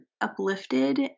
uplifted